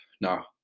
No